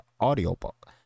audiobook